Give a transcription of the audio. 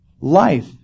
life